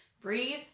breathe